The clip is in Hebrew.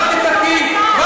זאת הצביעות שלכם.